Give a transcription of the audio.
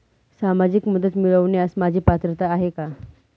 सामाजिक मदत मिळवण्यास माझी पात्रता आहे का?